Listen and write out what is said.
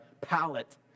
palette